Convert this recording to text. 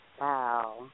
Wow